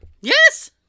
Yes